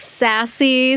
sassy